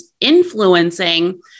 influencing